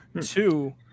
Two